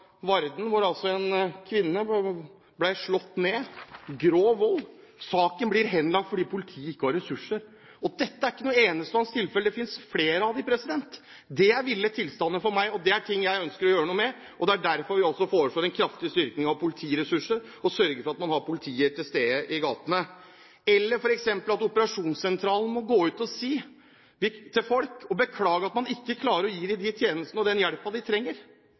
en kvinne som ble slått ned – grov vold. Saken ble henlagt fordi politiet ikke hadde ressurser. Dette er ikke noe enestående tilfelle. Det finnes flere av dem. Dét er ville tilstander for meg, og det er ting jeg ønsker å gjøre noe med. Det er derfor vi også foreslår en kraftig styrking av politiressurser som gjør at man har politi til stede i gatene. Et annet eksempel er at operasjonssentralen må gå ut til folk og beklage at man ikke klarer å gi dem de tjenestene og den hjelpen de trenger.